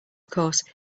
course